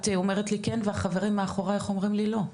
את אומרת לי כן והחברים מאחורייך אומרים לי לא.